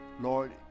Lord